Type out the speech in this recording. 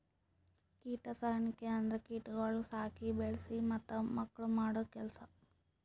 ಕೀಟ ಸಾಕಣಿಕೆ ಅಂದುರ್ ಕೀಟಗೊಳಿಗ್ ಸಾಕಿ, ಬೆಳಿಸಿ ಮತ್ತ ಮಕ್ಕುಳ್ ಮಾಡೋ ಕೆಲಸ